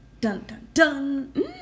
dun-dun-dun